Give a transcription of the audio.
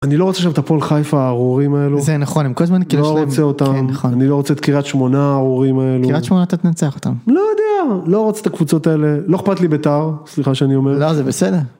אני לא רוצה עכשיו את הפועל חיפה הארורים האלו, זה נכון הם כל הזמן כאילו יש להם, לא רוצה אותם, כן נכון, אני לא רוצה את קריית שמונה הארורים האלו, קיירת שמונה אתה תנצח אותם, לא יודע, לא רוצה את הקבוצות האלה, לא אכפת לי ביתר, סליחה שאני אומר, לא זה בסדר.